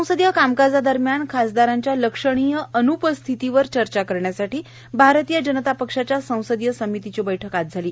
संसदीय कामकाजादरम्यान खासदारांच्या लक्षणिय अन्पस्थितीवर चर्चा करण्यासाठी भारतीय जनता पक्षाच्या संसदीय समितीची बैठक आज झाली